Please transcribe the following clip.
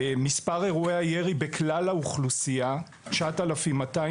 מספר אירועי הירי בכלל האוכלוסייה הוא 9,216,